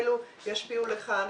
אלו ישפיעו לכאן,